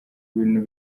bintu